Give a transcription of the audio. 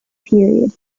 period